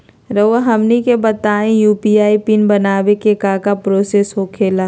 रहुआ हमनी के बताएं यू.पी.आई पिन बनाने में काका प्रोसेस हो खेला?